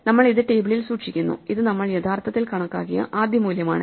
നമ്മൾ ഇത് ടേബിളിൽ സൂക്ഷിക്കുന്നു ഇത് നമ്മൾ യഥാർത്ഥത്തിൽ കണക്കാക്കിയ ആദ്യ മൂല്യമാണ്